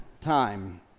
time